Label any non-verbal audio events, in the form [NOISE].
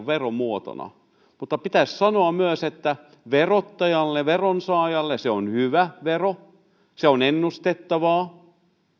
[UNINTELLIGIBLE] veromuotona mutta pitäisi sanoa myös että verottajalle veronsaajalle se on hyvä vero se on ennustettava